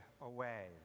away